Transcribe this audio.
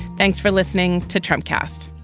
thanks for listening to trump cast